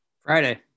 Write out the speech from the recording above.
Friday